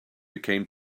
became